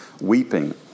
weeping